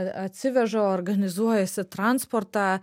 atsiveža organizuojasi transportą